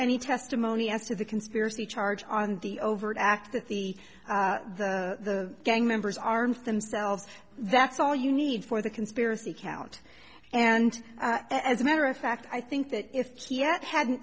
any testimony as to the conspiracy charge on the overt act that the the gang members armed themselves that's all you need for the conspiracy count and as a matter of fact i think that if kiev hadn't